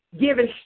giving